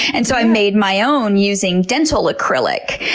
and so i made my own using dental acrylic.